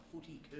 footy